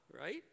right